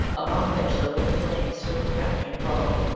among which the low flames still crept and crawled,